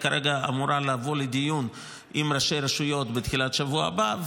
והיא אמורה כרגע לבוא לדיון עם ראשי רשויות בתחילת השבוע הבא.